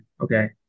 Okay